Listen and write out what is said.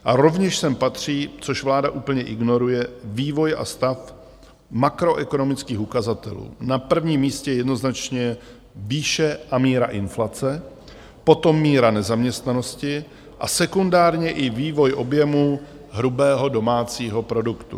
A rovněž sem patří, což vláda úplně ignoruje, vývoj a stav makroekonomických ukazatelů, na prvním místě jednoznačně výše a míra inflace, potom míra nezaměstnanosti a sekundárně i vývoj objemu hrubého domácího produktu.